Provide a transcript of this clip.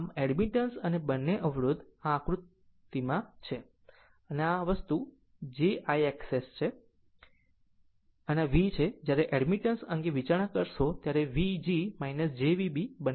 આમ એડમિટન્સ અને બંને અવરોધ આ આકૃતિની આકૃતિ છે ત્યારે I આ વસ્તુ jIXS છે જે V છે અને જ્યારે એડમિટન્સ અંગે વિચારણા કરશે ત્યારે તે v g jVb બંને બતાવવામાં આવ્યા છે